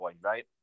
right